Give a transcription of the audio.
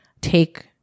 take